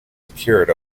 secured